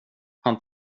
han